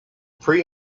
pre